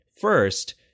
first